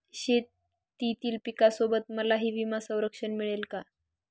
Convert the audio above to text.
शेतीतील पिकासोबत मलाही विमा संरक्षण मिळेल का?